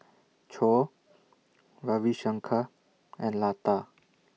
Choor Ravi Shankar and Lata